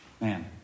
man